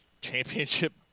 championship